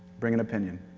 bring an opinion.